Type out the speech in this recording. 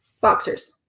Boxers